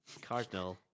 Cardinal